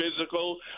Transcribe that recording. physical